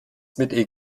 mit